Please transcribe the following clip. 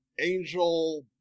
angel